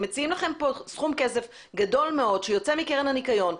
הם מציעים לכם פה סכום כסף גדול מאוד שיוצא מקרן הניקיון.